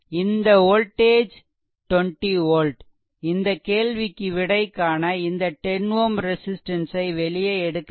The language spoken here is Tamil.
இந்த வோல்டேஜ் 20 volt இந்த கேள்விக்கு விடை காண இந்த 10 Ω ரெசிஸ்ட்டன்ஸ் ஐ வெளியே எடுக்க வேண்டும்